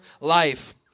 life